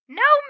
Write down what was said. no